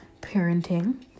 parenting